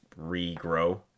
regrow